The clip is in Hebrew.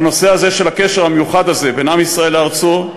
בנושא הזה של הקשר המיוחד הזה בין עם ישראל לארצו,